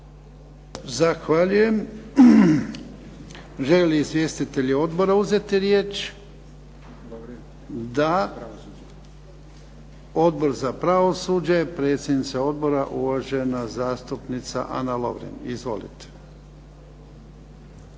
Zahvaljujem. Žele li izvjestitelji odbora uzeti riječ? Da. Odbor za pravosuđe, predsjednica odbora uvažena zastupnica Ana Lovrin. Izvolite.